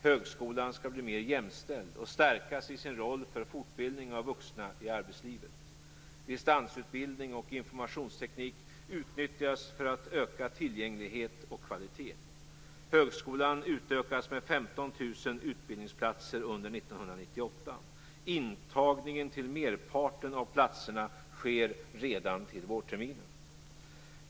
Högskolan skall bli mer jämställd och stärkas i sin roll för fortbildning av vuxna i arbetslivet. Distansutbildning och informationsteknik utnyttjas för att öka tillgänglighet och kvalitet. Högskolan utökas med 15 000 utbildningsplatser under 1998. Intagningen till merparten av platserna sker redan till vårterminen.